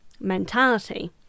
mentality